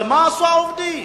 אבל מה עשו העובדים?